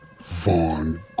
Vaughn